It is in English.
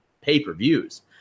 pay-per-views